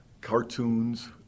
cartoons